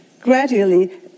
gradually